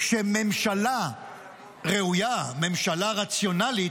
שממשלה ראויה, ממשלה רציונלית,